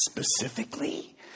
specifically